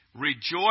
Rejoice